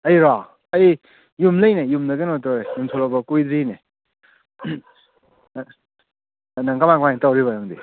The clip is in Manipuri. ꯑꯩꯔꯣ ꯑꯩ ꯌꯨꯝ ꯂꯩꯅꯦ ꯌꯨꯝꯗ ꯀꯩꯅꯣ ꯇꯧꯋꯦ ꯌꯨꯝ ꯊꯣꯛꯂꯛꯄ ꯀꯨꯏꯗ꯭ꯔꯤꯅꯦ ꯅꯪꯅ ꯀꯃꯥꯏ ꯀꯃꯥꯏ ꯇꯧꯔꯤꯕ ꯅꯪꯗꯤ